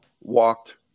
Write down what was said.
walked